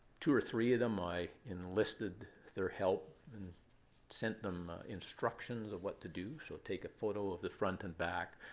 two or three of them i enlisted their help and sent them instructions of what to do, so take a photo of the front and back,